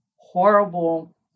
horrible